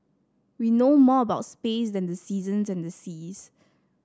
we know more about space than the seasons and the seas